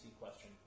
question